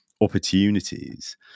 opportunities